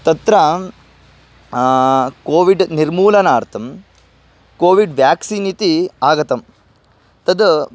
तत्र कोविड् निर्मूलनार्थं Covid vaccine इति आगतं तद्